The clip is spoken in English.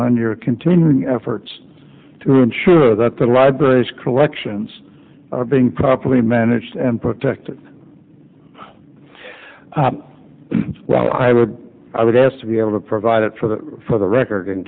on your continuing efforts to ensure that the library's collections are being properly managed and protected well i would i would ask to be able to provide it for the for the record in